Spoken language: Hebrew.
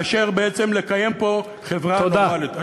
מאשר בעצם לקיים פה חברה נורמלית.